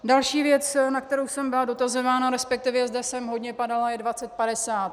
Další věc, na kterou jsem byla dotazována, resp. zde hodně padala, je dvacet, padesát.